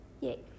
Yay